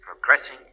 progressing